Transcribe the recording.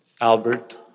Albert